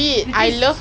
because